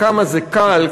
כמה זה קל,